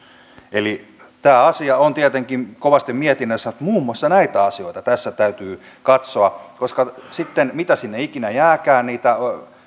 eli tämä asia on tietenkin kovasti mietinnässä että muun muassa näitä asioita tässä täytyy katsoa koska sitten mitä sinne ikinä jääkään niitä